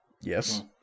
Yes